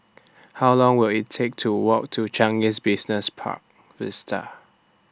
How Long Will IT Take to Walk to Changi Business Park Vista